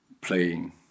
playing